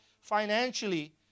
financially